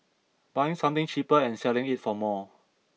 buying something cheaper and selling it for more